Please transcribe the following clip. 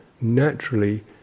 naturally